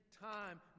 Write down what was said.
time